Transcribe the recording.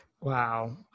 Wow